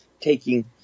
taking